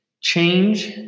Change